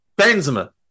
Benzema